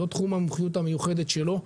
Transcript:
זאת תחום המומחיות המיוחדת שלו,